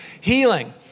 healing